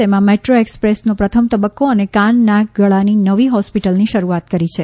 તેમાં મેટ્રો એકસપ્રેસનો પ્રથમ તબક્કો અને કાન નાક ગળાની નવી હોસ્પિટલની શરૂઆત કરી છે